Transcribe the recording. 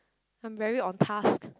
I'm very on task